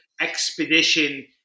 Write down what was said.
expedition